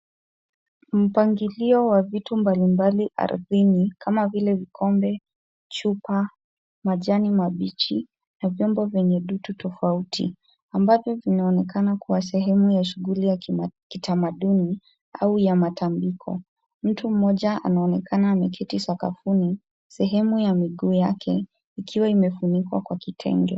Mpangilio wa vitu mbalimbali ardhini kama vile vikombe, chupa, majani mabichi na vyombo vyenye dutu tofauti ambavyo vinaonekana kuwa sehemu ya shughuli ya kitamaduni au ya matambiko. Mtu mmoja anaonekana ameketi sakafuni, sehemu ya miguu yake ikiwa imefunikwa kwa kitenge.